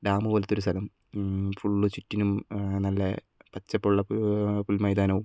dam പോലത്തെ ഒരു സ്ഥലം ഫുൾ ചുറ്റിലും നല്ല പച്ചപ്പുള്ള പുൽ മൈതാനവും